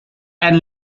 and